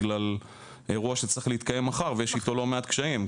בגלל אירוע שצריך להתקיים מחר ויש איתו לא מעט קשיים.